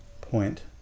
point